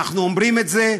אנחנו אומרים את זה,